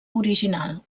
original